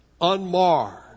unmarred